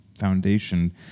Foundation